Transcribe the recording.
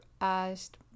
asked